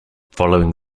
following